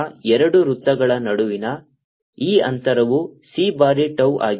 ಎರಡು ವೃತ್ತಗಳ ನಡುವಿನ ಈ ಅಂತರವು c ಬಾರಿ tau ಆಗಿದೆ